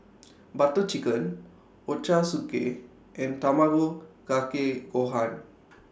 Butter Chicken Ochazuke and Tamago Kake Gohan